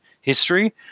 history